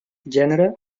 gènere